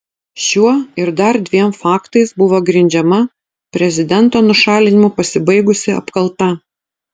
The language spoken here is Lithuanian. šiuo ir dar dviem faktais buvo grindžiama prezidento nušalinimu pasibaigusi apkalta